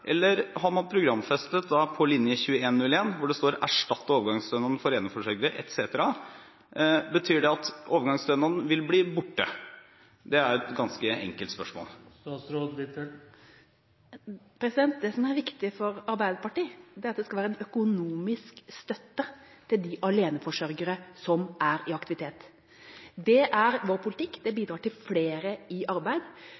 eller har man programfestet – som det står på linje 2101 – å erstatte overgangsstønaden for eneforsørgere etc.? Betyr det at overgangsstønaden vil bli borte? Det er et ganske enkelt spørsmål. Det som er viktig for Arbeiderpartiet, er at det skal være en økonomisk støtte til de aleneforsørgere som er i aktivitet. Det er vår politikk, det